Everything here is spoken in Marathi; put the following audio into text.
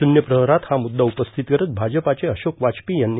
शून्य प्रहरात हा मुद्दा उपस्थित करत भाजपचे अशोक वाजपेयी यांनी